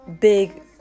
big